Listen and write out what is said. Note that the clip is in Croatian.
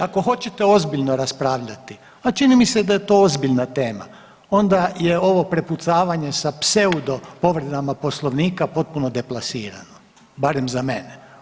Ako hoćete ozbiljno raspravljati a čini mi se da je to ozbiljna tema, onda je ovo prepucavanje sa pseudo povredama Poslovnika potpuno deplasirano barem za mene.